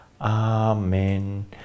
Amen